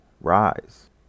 Rise